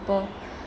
people